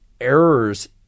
Errors